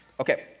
Okay